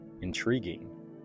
intriguing